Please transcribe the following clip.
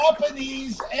Japanese